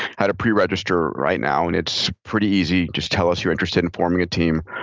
how to preregister right now, and it's pretty easy. just tell us you're interested in forming a team,